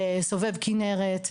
סובב כנרת,